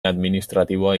administratiboa